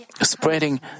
spreading